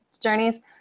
journeys